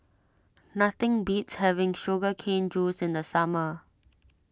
nothing beats having Sugar Cane Juice in the summer